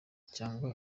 cyangwa